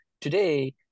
Today